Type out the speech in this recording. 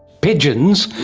pigeons,